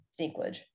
Dinklage